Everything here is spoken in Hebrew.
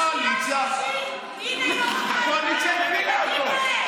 הקואליציה הפילה אותו.